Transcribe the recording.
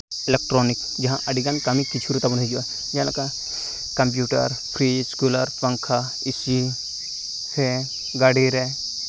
electronic ᱡᱟᱦᱟᱸ ᱟᱹᱰᱤᱜᱟᱱ ᱠᱟᱹᱢᱤ ᱠᱤᱪᱷᱩᱨᱮ ᱛᱟᱵᱚᱱ ᱦᱩᱭᱩᱜᱼᱟ ᱡᱟᱦᱟᱸ ᱞᱮᱠᱟ ᱠᱚᱢᱯᱤᱭᱩᱴᱟᱨ ᱯᱷᱨᱤᱡᱽ ᱠᱩᱞᱟᱨ ᱯᱟᱝᱠᱷᱟ ᱮᱥᱤ ᱯᱷᱮᱱ ᱜᱟᱹᱰᱤᱨᱮ